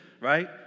right